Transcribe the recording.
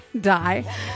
die